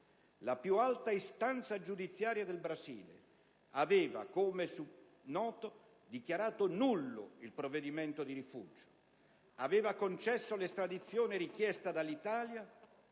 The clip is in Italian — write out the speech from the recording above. La più alta istanza giudiziaria del Brasile aveva, come noto, dichiarato nullo il provvedimento di rifugio. Aveva concesso l'estradizione richiesta dall'Italia